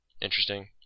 Interesting